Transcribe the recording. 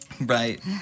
Right